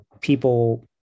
people